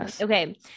Okay